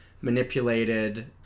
manipulated